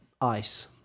Ice